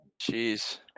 Jeez